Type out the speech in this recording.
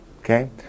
Okay